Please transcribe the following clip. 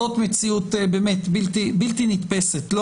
זאת מציאות בלתי נתפסת,